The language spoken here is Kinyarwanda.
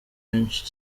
benshi